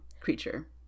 Creature